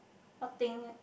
what thing